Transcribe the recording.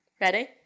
Ready